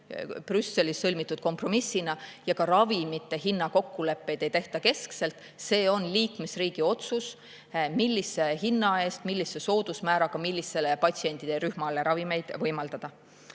Brüsselis sõlmitud kompromissina. Ja ka ravimite hinna kokkuleppeid ei tehta keskselt, see on liikmesriigi otsus, millise hinna eest, millise soodusmääraga, millisele patsientide rühmale ravimeid võimaldada.